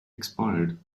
expired